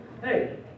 Hey